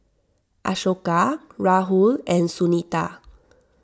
Ashoka Rahul and Sunita